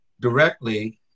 directly